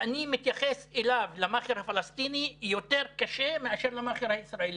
ואני מתייחס אל המאכר הפלסטיני יותר קשה מאשר למאכר הישראלי,